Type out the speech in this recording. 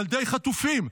ילדי חטופים,